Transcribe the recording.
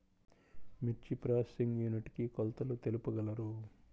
మిర్చి processing unit కి కొలతలు తెలుపగలరు?